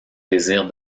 désir